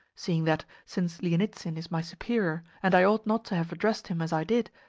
seeing that, since lienitsin is my superior, and i ought not to have addressed him as i did,